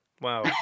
wow